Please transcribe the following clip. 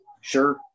Sure